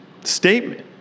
statement